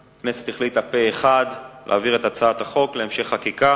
ההצעה להעביר את הצעת חוק מבקר המדינה